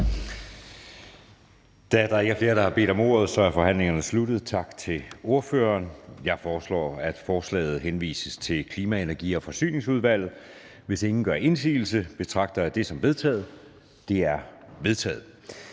Da der ikke er flere, der har bedt om ordet, er forhandlingen sluttet. Jeg foreslår, at forslaget henvises til Klima-, Energi- og Forsyningsudvalget. Hvis ingen gør indsigelse, betragter jeg det som vedtaget. Det er vedtaget.